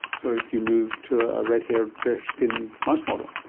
so you move to a red haired, fair skinned mouse model.